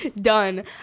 done